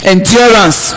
Endurance